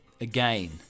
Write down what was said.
Again